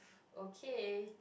okay